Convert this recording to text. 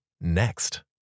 next